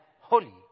holy